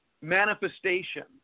Manifestation